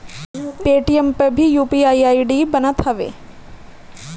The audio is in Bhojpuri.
पेटीएम पअ भी यू.पी.आई आई.डी बनत हवे